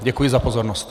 Děkuji za pozornost.